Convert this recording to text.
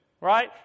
Right